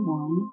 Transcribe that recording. one